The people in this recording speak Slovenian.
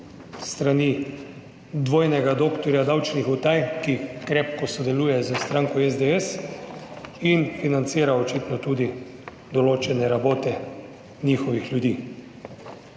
s strani dvojnega doktorja davčnih utaj, ki krepko sodeluje s stranko SDS in financira očitno tudi določene rabote njihovih ljudi.